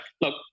look